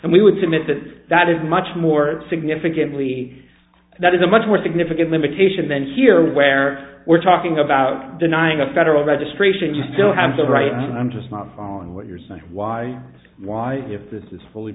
and we would submit that that is much more significantly that is a much more significant limitation then here where we're talking about denying a federal registration you still have the right and i'm just not following what you're saying why why if this is fully